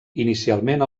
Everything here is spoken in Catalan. inicialment